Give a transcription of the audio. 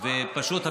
נכון.